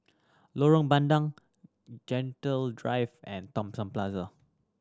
Lorong Bandang Gentle Drive and Thomson Plaza